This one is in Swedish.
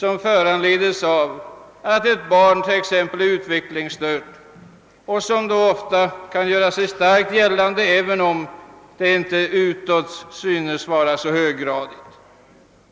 vilket föranleds av en utvecklingsstörning, som gör sig starkt gällande, även om den inte utåt synes var så höggradig.